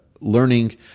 learning